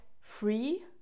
free